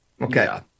Okay